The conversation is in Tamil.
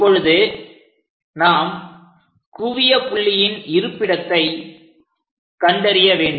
இப்பொழுது நாம் குவிய புள்ளியின் இருப்பிடத்தை கண்டறிய வேண்டும்